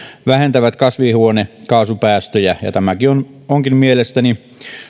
vähentävät kasvihuonekaasupäästöjä ja tämä onkin mielestäni